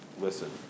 listen